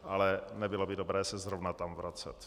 Ale nebylo by dobré se zrovna tam vracet.